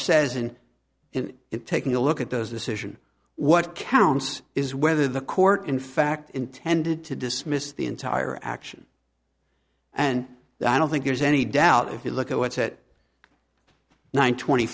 says and in taking a look at those decision what counts is whether the court in fact intended to dismiss the entire action and i don't think there's any doubt if you look at what's at nine twenty